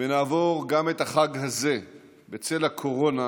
ונעבור גם את החג הזה בצל הקורונה